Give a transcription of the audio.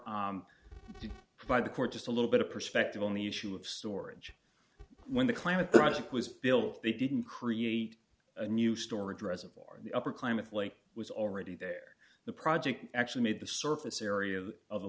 by the court just a little bit of perspective on the issue of storage when the klamath project was built they didn't create a new storage reservoir the upper climate was already there the project actually made the surface area of the